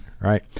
Right